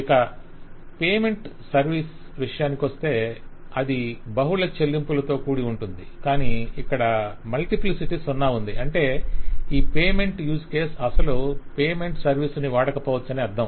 ఇక payment service విషయానికొస్తే అది బహుళ చెల్లింపులతో కూడి ఉంటుంది కానీ ఇక్కడ మల్టిప్లిసిటీ సున్నా ఉంది అంటే ఈ పేమెంట్ యూస్ కేసు అసలు పేమెంట్ సర్విస్ ను వాడకపోవచ్చని అర్ధం